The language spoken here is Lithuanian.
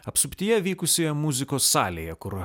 apsuptyje vykusioje muzikos salėje kur